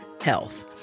health